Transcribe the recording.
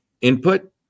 input